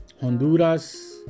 Honduras